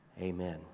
Amen